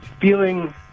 feeling